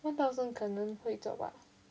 one thousand 可能会做吧